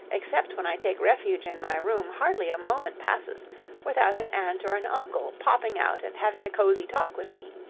except when i take refuge in my room, hardly a moment passes without an aunt or an uncle popping out and having a cosy talk with me.